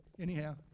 anyhow